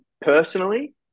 personally